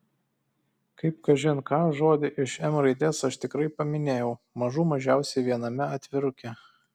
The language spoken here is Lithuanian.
kaip kažin ką žodį iš m raidės aš tikrai paminėjau mažų mažiausiai viename atviruke